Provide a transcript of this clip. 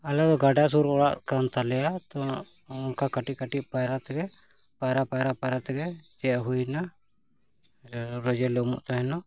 ᱟᱞᱮ ᱫᱚ ᱜᱟᱰᱟ ᱥᱩᱨ ᱚᱲᱟᱜ ᱠᱟᱱ ᱛᱟᱞᱮᱭᱟ ᱛᱚ ᱚᱱᱠᱟ ᱠᱟᱹᱴᱤᱡ ᱠᱟᱹᱴᱤᱡ ᱯᱟᱭᱨᱟ ᱛᱮᱜᱮ ᱯᱟᱭᱨᱟ ᱯᱟᱭᱨᱟ ᱯᱟᱭᱨᱟ ᱛᱮᱜᱮ ᱪᱮᱫ ᱦᱩᱭᱱᱟ ᱨᱳᱡᱞᱮ ᱩᱢᱩᱜ ᱛᱟᱦᱮᱱᱟ